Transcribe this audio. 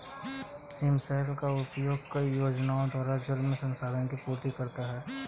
हिमशैल का उपयोग कई योजनाओं द्वारा जल संसाधन की पूर्ति करता है